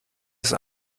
ist